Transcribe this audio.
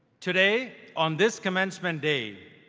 today, on this commencement day,